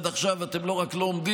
עד עכשיו אתם לא רק לא עומדים,